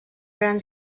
gran